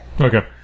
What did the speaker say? Okay